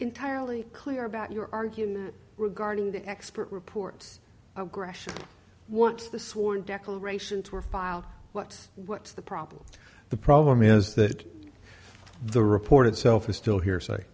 entirely clear about your argument regarding the expert reports aggression what's the sworn declaration to a file but what's the problem the problem is that the report itself is still hearsay